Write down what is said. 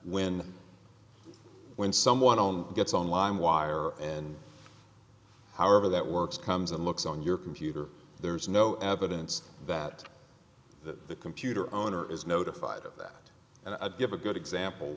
when when someone on gets online wire and however that works comes and looks on your computer there's no evidence that the computer owner is notified of that and i give a good example